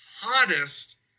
hottest